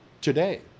today